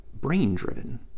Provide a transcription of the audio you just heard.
brain-driven